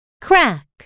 crack